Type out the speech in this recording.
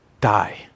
die